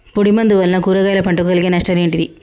పొడిమందు వలన కూరగాయల పంటకు కలిగే లాభాలు ఏంటిది?